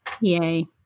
Yay